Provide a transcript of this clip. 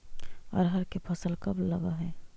अरहर के फसल कब लग है?